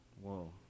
Whoa